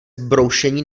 broušení